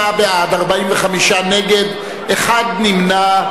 37, בעד, 45 נגד, אחד נמנע.